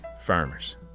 farmers